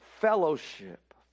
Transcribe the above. fellowship